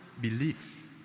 belief